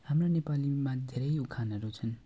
हाम्रो नेपालीमा धेरै उखानहरू छन्